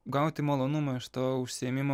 gauti malonumą iš to užsiėmimo